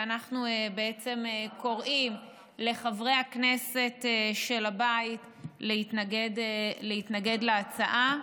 ואנחנו קוראים לחברי הכנסת של הבית להתנגד להצעה.